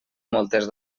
moltes